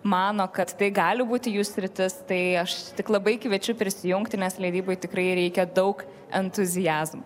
mano kad tai gali būti jų sritis tai aš tik labai kviečiu prisijungti nes leidybai tikrai reikia daug entuziazmo